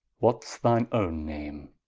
what's thine owne name?